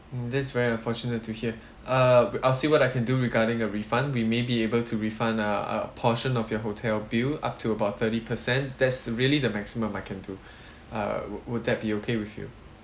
mm that's very unfortunate to hear uh I'll see what I can do regarding a refund we may be able to refund a~ a portion of your hotel bill up to about thirty percent that's really the maximum I can do uh would~ would that be okay with you